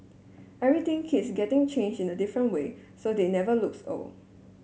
everything keeps getting changed in a different way so they never looks old